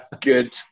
good